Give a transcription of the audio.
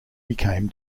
became